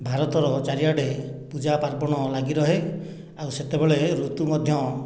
ଭାରତର ଚାରିଆଡ଼େ ପୂଜା ପାର୍ବଣ ଲାଗି ରହେ ଆଉ ସେତେବେଳେ ଋତୁ ମଧ୍ୟ